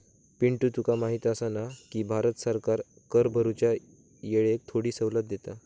पिंटू तुका माहिती आसा ना, की भारत सरकार कर भरूच्या येळेक थोडी सवलत देता